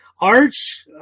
Arch